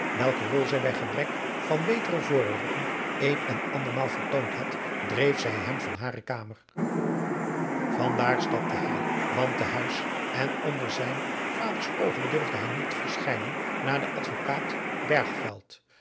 welke rol zij bij gebrek van betere voorwerpen een en andermaal vertoond had dreef zij hem van hare kamer van daar stapte hij want te huis en onder zijn vaders oogen durfde hij niet verschijnen naar den advokaat